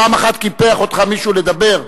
פעם אחת קיפח אותך מישהו בלדבר?